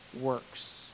works